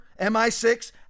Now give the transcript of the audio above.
MI6